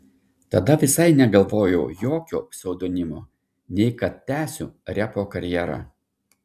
tada visai negalvojau jokio pseudonimo nei kad tęsiu repo karjerą